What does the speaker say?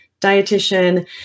dietitian